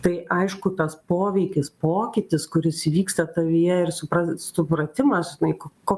tai aišku tas poveikis pokytis kuris įvyksta tavyje ir supra supratimas žinai ko